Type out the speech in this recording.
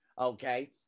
okay